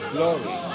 Glory